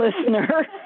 listener